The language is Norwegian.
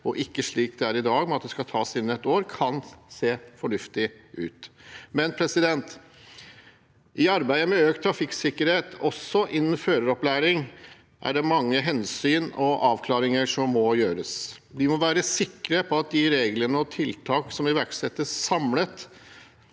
og ikke slik det er i dag om at det skal tas innen et år, kan se fornuftig ut. Likevel: I arbeidet med økt trafikksikkerhet, også innen føreropplæring, er det mange hensyn og avklaringer som må gjøres. Vi må være sikre på at de reglene og tiltakene som iverksettes, samlet